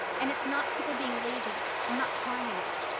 and it's not people being lazy or not trying enough.